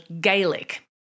Gaelic